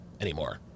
anymore